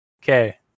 Okay